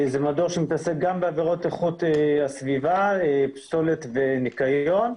שמתעסק גם בעבירות איכות הסביבה, פסולת וניקיון,